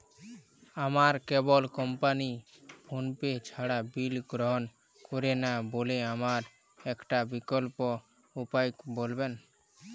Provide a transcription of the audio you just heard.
আমার cable company PhonePe ছাড়া bill গ্রহণ করে না বলে আমার একটা বিকল্প উপায় বলবেন?